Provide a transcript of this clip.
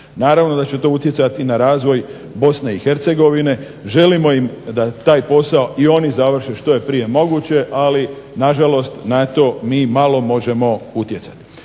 Naravno da će to utjecati i na razvoj Bosne i Hercegovine. Želimo im da taj posao i oni završe što je prije moguće, ali na žalost na to mi malo možemo utjecati.